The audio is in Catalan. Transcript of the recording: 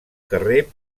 carrer